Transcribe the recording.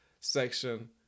section